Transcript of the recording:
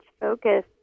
focus